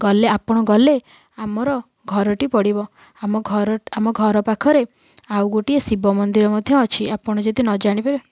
ଗଲେ ଆପଣ ଗଲେ ଆମର ଘରଟି ପଡ଼ିବ ଆମ ଘର ଆମ ଘର ପାଖରେ ଆଉ ଗୋଟିଏ ଶିବ ମନ୍ଦିର ମଧ୍ୟ ଅଛି ଆପଣ ଯଦି ନ ଜାଣି ପାରିବେ